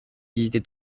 visiter